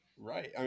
Right